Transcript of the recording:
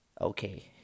Okay